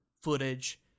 footage